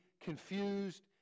confused